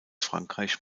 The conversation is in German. frankreich